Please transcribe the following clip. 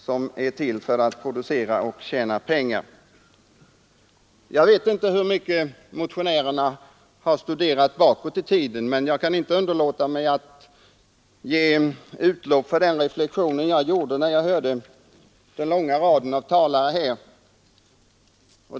Jag vet inte hur långt bakåt i tiden motionärerna har studerat i ämnet, men jag kan inte underlåta att ge utlopp för den reflexion jag gjorde när jag hörde den långa raden av talare här.